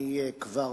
אני כבר